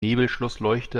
nebelschlussleuchte